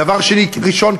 דבר ראשון,